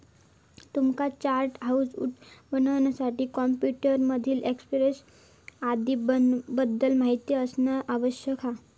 तुमका chartered accountant बनण्यासाठी computer मधील एक्सेल आदीं बद्दल माहिती असना आवश्यक हा